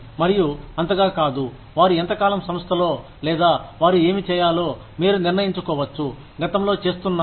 మరియు అంతగా కాదు వారు ఎంత కాలం సంస్థలో లేదా వారు ఏమి చేయాలో మీరు నిర్ణయించుకోవచ్చు గతంలో చేస్తున్నారు